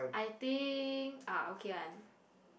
I think I okay [one]